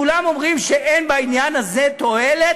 כולם אומרים שאין בעניין הזה תועלת,